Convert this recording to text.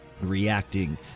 reacting